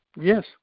Yes